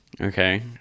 Okay